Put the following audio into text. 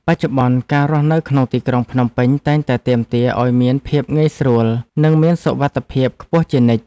បច្ចុប្បន្ន ការរស់នៅក្នុងទីក្រុងភ្នំពេញតែងតែទាមទារឱ្យមានភាពងាយស្រួលនិងមានសុវត្ថិភាពខ្ពស់ជានិច្ច។